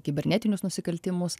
kibernetinius nusikaltimus